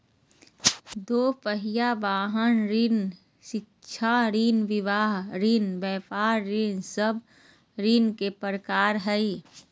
दू पहिया वाहन ऋण, शिक्षा ऋण, विवाह ऋण, व्यापार ऋण सब ऋण के प्रकार हइ